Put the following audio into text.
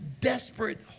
desperate